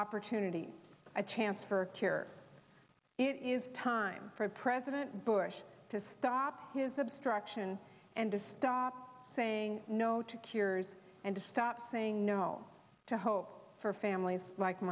opportunity a chance for a cure it is time for president bush to stop his obstruction and to stop saying no to cures and to stop saying no to hope for families like